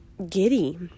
giddy